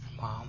Mom